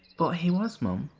but he was mum.